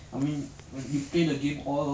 这个是你反应慢了